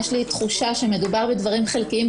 יש לי תחושה שמדובר בדברים חלקיים.